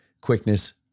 quickness